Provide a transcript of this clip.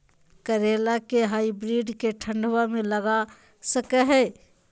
करेला के हाइब्रिड के ठंडवा मे लगा सकय हैय?